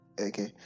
Okay